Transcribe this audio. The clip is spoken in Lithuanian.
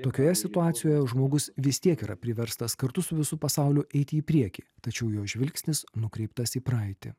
tokioje situacijoje žmogus vis tiek yra priverstas kartu su visu pasauliu eiti į priekį tačiau jo žvilgsnis nukreiptas į praeitį